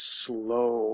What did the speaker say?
slow